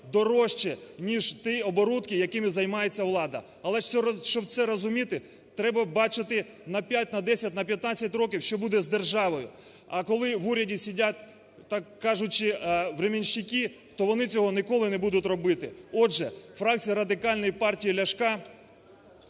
дорожче ніж ті оборудки якими займається влада. Але, щоб це розуміти треба бачити на 5, на 10, на 15 років, що буде з державою. А, коли в уряді сидять, так кажучи, временщики, то вони цього ніколи не будуть робити. Отже, фракція Радикальної партії Ляшка